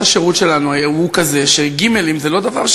השירות שלנו הוא כזה שגימלים זה לא דבר,